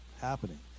happening